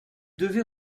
devez